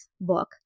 book